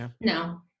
No